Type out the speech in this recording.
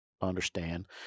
understand